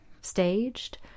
staged